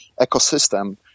ecosystem